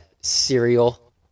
cereal